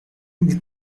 mille